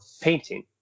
painting